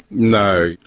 no.